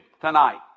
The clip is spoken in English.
tonight